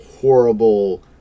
horrible